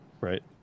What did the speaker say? Right